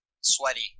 sweaty